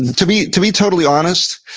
and to be to be totally honest,